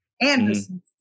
Anderson